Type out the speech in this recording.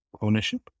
ownership